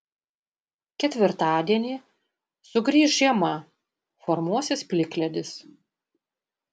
ketvirtadienį sugrįš žiema formuosis plikledis